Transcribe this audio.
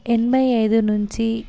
ఎనభై ఐదు నుంచి